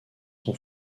son